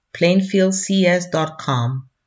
plainfieldcs.com